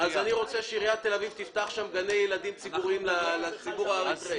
אני רוצה שעיריית תל אביב תפתח שם גני ילדים לציבור האריתראי.